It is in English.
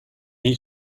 need